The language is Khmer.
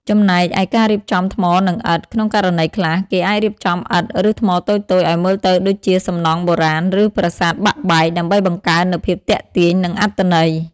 ចំណែកឯការរៀបចំថ្មនិងឥដ្ឋ ក្នុងករណីខ្លះ គេអាចរៀបចំឥដ្ឋ ឬថ្មតូចៗឱ្យមើលទៅដូចជាសំណង់បុរាណ ឬប្រាសាទបាក់បែក ដើម្បីបង្កើននូវភាពទាក់ទាញ និងអត្ថន័យ។